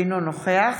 אינו נוכח